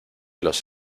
los